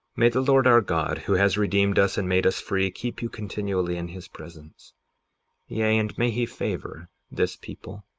may the lord our god, who has redeemed us and made us free, keep you continually in his presence yea, and may he favor this people,